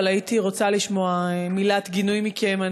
אבל הייתי רוצה לשמוע מילת גינוי מכם.